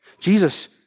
Jesus